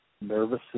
nervous